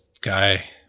guy